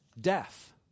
death